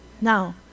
Now